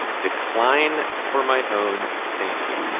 decline for my own sanity